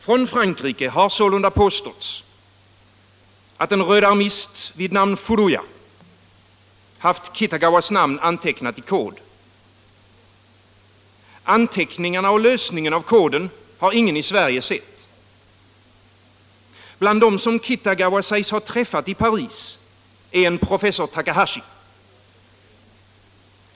Från Frankrike har sålunda påståtts att en rödarmist vid namn Furuya haft Kitagawas namn antecknat i kod. Anteckningarna och lösningarna av koden har ingen i Sverige sett. Bland dem som Kitagawa sägs ha träffat i Paris är en professor Takahashi.